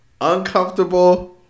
uncomfortable